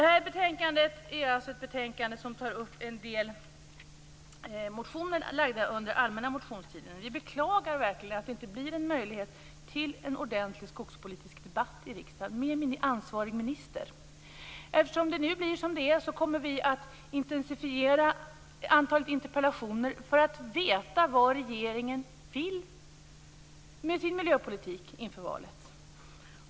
I detta betänkande behandlas en del motioner väckta under den allmänna motionstiden. Vi beklagar verkligen att det inte blir någon möjlighet till en ordentlig skogspolitisk debatt i riksdagen med ansvarig minister. Eftersom det är som det är kommer vi att intensifiera antalet interpellationer; detta för att få veta vad regeringen vill med sin miljöpolitik inför valet.